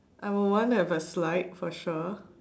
I would want to have a slide for sure